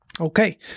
Okay